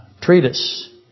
treatise